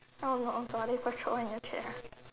oh no oh my God there's a troll in your chair